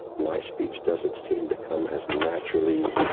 my speech doesn't seem to come as naturally,